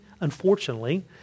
unfortunately